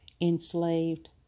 enslaved